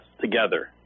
together